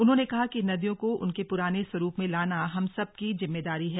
उन्होंने कहा कि इन नदियों को उनके पुराने स्वरूप में लाना हम सबकी जिम्मेदारी है